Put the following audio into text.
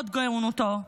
הוד גאונותו,